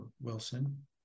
Wilson